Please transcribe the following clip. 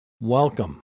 welcome